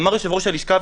אמר יושב-ראש הלשכה,